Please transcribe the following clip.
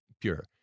pure